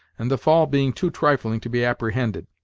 and the fall being too trifling to be apprehended.